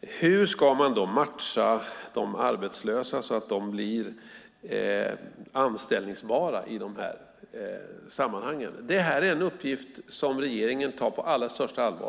Hur ska man då matcha de arbetslösa så att de blir anställningsbara inom dessa sammanhang? Detta är en uppgift som regeringen tar på allra största allvar.